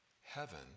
Heaven